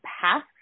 path